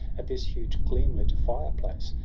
at this huge, gleam-lit fireplace,